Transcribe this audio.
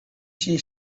she